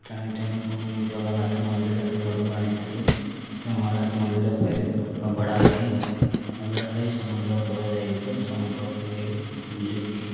ରଥ ଟାଣି ଟାଣି ପୁଣି ଜଗନ୍ନାଥ ମନ୍ଦିର ନିକଟକୁ ଆଣିଥିଲୁ ଜଗନ୍ନାଥ ମନ୍ଦିର ପରେ ଅଭଡ଼ା ଖାଇ ଅଭଡ଼ା ଖାଇ ସମୁଦ୍ର କୂଳ ଯାଇଥିଲୁ ସମୁଦ୍ର କୂଳେ ବୁଲିକି